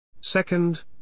Second